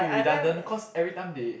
redundant cause every time they